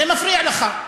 זה מפריע לך.